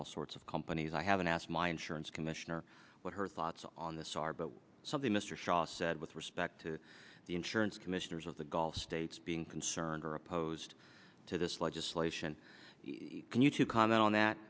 all sorts of companies i haven't asked my insurance commissioner what her thoughts on this are but something mr shaw said with respect to the insurance commissioners of the gulf states being concerned or opposed to this legislation and you to comment on that